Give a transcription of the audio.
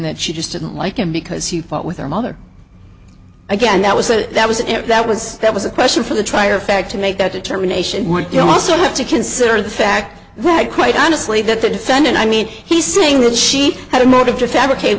that she just didn't like him because he fought with her mother again that was it that was it that was that was a question for the trier of fact to make that determination one you also have to consider the fact that quite honestly that the defendant i mean he's saying that she had a motive to fabricate